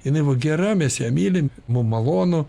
jinai va gera mes ją mylim mum malonu